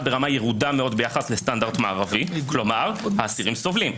ברמה ירודה מאוד ביחס לסטנדרט מערבי כלומר האסירים סובלים.